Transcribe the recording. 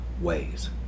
ways